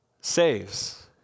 saves